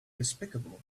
despicable